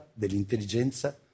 dell'intelligenza